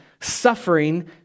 suffering